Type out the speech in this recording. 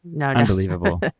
Unbelievable